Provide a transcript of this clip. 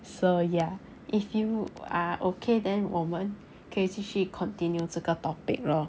so ya if you are okay then 我们可以继续 continue 这个 topic lor